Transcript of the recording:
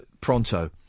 pronto